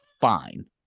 fine